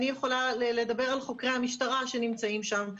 אני יכולה לדבר על חוקרי המשטרה שנמצאים שם.